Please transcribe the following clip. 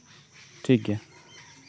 ᱴᱷᱤᱠ ᱜᱮᱭᱟ